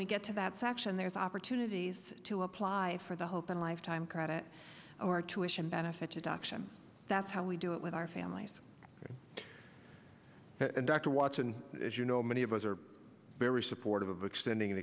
we get to that section there's opportunities to apply for the hope and lifetime credit or tuitions benefit to adoption that's how we do it with our families and dr watson as you know many of us are very supportive of extending and